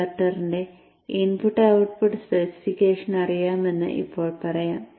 കൺവെർട്ടറിന്റെ input output specification അറിയാമെന്ന് ഇപ്പോൾ പറയാം